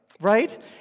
right